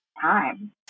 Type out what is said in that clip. time